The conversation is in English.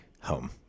home